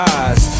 eyes